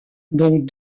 dont